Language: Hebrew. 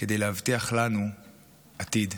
כדי להבטיח לנו עתיד.